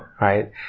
Right